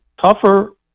tougher